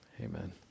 Amen